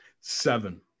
Seven